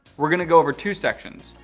we're going to go over two sections,